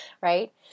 right